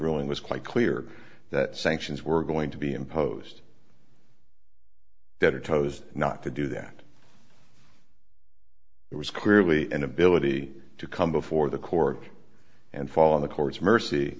ruling was quite clear that sanctions were going to be imposed better tows not to do that it was clearly an ability to come before the court and fall on the court's mercy